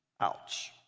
Ouch